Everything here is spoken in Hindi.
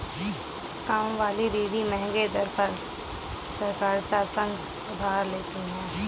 कामवाली दीदी महंगे दर पर सहकारिता संघ से उधार लेती है